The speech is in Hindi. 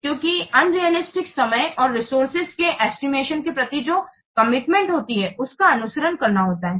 क्योंकि अवास्तविक समय और रिसोर्स के एस्टिमेशन के प्रति जो कमिटमेंट होती है उसका अनुसरण करना होता है